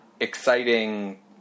exciting